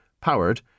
powered